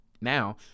Now